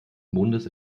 mondes